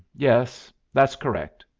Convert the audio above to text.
yes, that's correct,